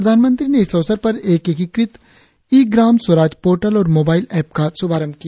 प्रधानमंत्री ने इस अवसर पर एक एकीकृत ई ग्राम स्वराज पोर्टल और मोबाइल रेप का श्भारंभ किया